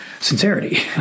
sincerity